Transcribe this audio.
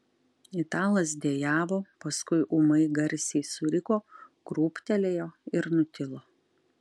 italas dejavo paskui ūmai garsiai suriko krūptelėjo ir nutilo